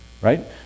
Right